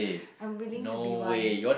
I'm willing to be one